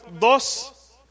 dos